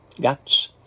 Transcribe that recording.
Guts